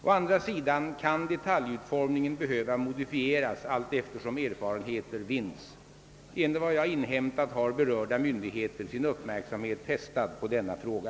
Å andra sidan kan detaljutformningen behöva modifieras allteftersom erfarenheter vinns. Enligt vad jag inhämtat har berörda myndigheter sin uppmärksamhet fästad på denna fråga.